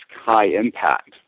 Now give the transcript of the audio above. high-impact